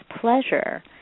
pleasure